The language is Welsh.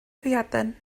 hwyaden